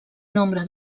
nombre